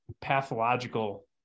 pathological